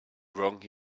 wrong